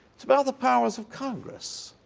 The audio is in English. it s about the powers of congress.